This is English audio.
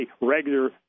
regular